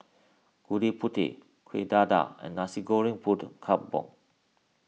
Gudeg Putih Kueh Dadar and Nasi Goreng Kampung